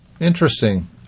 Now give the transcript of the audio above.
Interesting